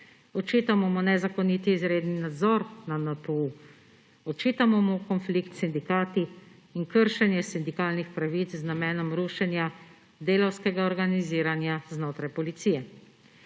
Očitamo mu nezakoniti izredni nadzor na NPU, očitamo mu konflikt s sindikati in kršenje sindikalnih pravic z namenom rušenja delavskega organiziranja znotraj policije.